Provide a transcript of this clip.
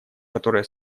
которое